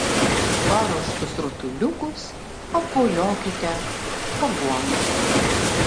paruoštus rutuliukus apvoliokite aguonose